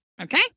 okay